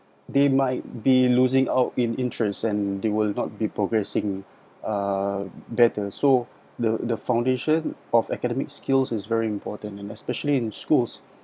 they might be losing out in interests and they will not be progressing err better so the the foundation of academic skills is very important and especially in schools